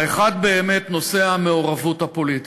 האחד, באמת נושא המעורבות הפוליטית.